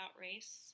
race